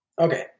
Okay